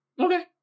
Okay